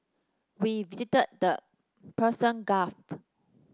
we visited the Persian Gulf